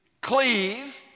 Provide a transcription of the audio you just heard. cleave